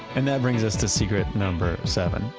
and that brings us to secret number seven.